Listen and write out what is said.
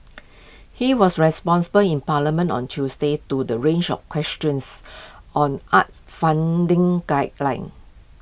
he was responsible in parliament on Tuesday to the range of questions on arts funding guidelines